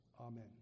Amen